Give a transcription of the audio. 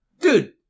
dude